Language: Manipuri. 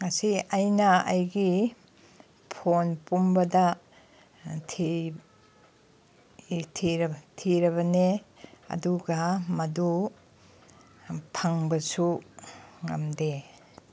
ꯉꯁꯤ ꯑꯩꯅ ꯑꯩꯒꯤ ꯐꯣꯟ ꯄꯨꯝꯕꯗ ꯊꯤꯔꯕꯅꯦ ꯑꯗꯨꯒ ꯃꯗꯨ ꯐꯪꯕꯁꯨ ꯉꯝꯗꯦ